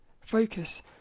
focus